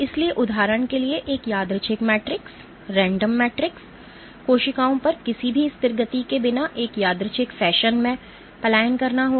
इसलिए उदाहरण के लिए एक यादृच्छिक मैट्रिक्स कोशिकाओं पर किसी भी स्थिर गति के बिना एक यादृच्छिक फैशन में पलायन करना होगा